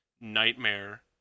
nightmare